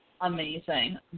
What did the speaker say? amazing